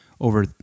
over